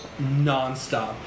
nonstop